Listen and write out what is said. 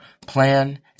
Plan